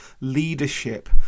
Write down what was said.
leadership